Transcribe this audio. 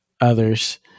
others